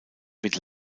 mit